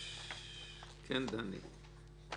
כן, דני.